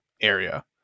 area